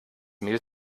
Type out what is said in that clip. mehl